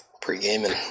pre-gaming